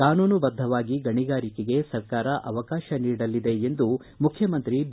ಕಾನೂನುಬದ್ದವಾಗಿ ಗಣಿಗಾರಿಕೆಗೆ ಸರ್ಕಾರ ಅವಕಾಶ ನೀಡಲಿದೆ ಎಂದು ಮುಖ್ಯಮಂತ್ರಿ ಬಿ